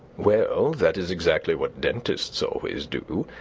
well, that is exactly what dentists always do.